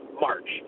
March